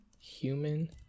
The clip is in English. human